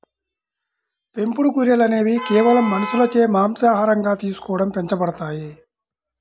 పెంపుడు గొర్రెలు అనేవి కేవలం మనుషులచే మాంసాహారంగా తీసుకోవడం పెంచబడతాయి